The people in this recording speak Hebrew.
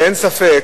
אין ספק